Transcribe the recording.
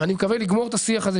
ואני מקווה לגמור את השיח הזה,